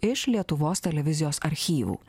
iš lietuvos televizijos archyvų